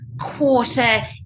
quarter